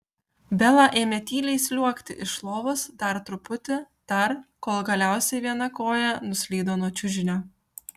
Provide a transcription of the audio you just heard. bela ėmė tyliai sliuogti iš lovos dar truputį dar kol galiausiai viena koja nuslydo nuo čiužinio